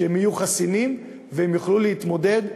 הם יהיו חסינים והם יוכלו להתמודד,